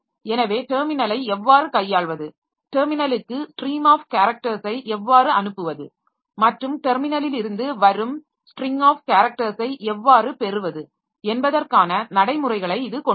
எனவே டெர்மினலை எவ்வாறு கையாள்வது டெர்மினலுக்கு ஸ்ட்ரீம் ஆப் கேரக்டர்ஸை எவ்வாறு அனுப்புவது மற்றும் டெர்மினலிலிருந்து வரும் ஸ்ட்ரிங் ஆப் கேரக்டர்ஸை எவ்வாறு பெறுவது என்பதற்கான நடைமுறைகளை இது கொண்டிருக்கும்